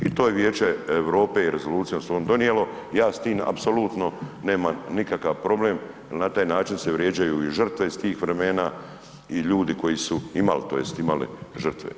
I to je Vijeće EU rezolucijom svom donijelo, ja s tim apsolutno nemam nikakav problem jer na taj način se vrijeđaju i žrtve iz tih vremena i ljudi koji su imali, tj. imali žrtve.